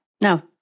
no